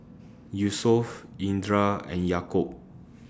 Yusuf Indra and Yaakob